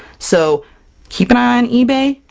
so keep an eye on ebay,